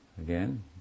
again